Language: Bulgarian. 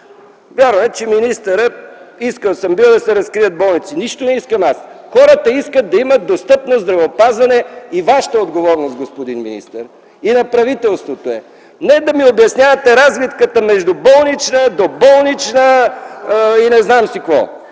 Вярно е, че министърът... Искал съм бил да се разкрият болници. Нищо не искам аз. Хората искат да имат достъпно здравеопазване и Вашата отговорност, господин министър, и на правителството е не да ми обяснявате разликата между болнична, доболнична и не знам си какво.